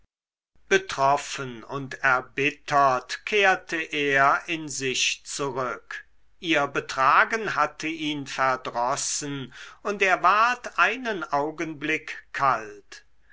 betroffen und erbittert kehrte er in sich zurück ihr betragen hatte ihn verdrossen und er ward einen augenblick kalt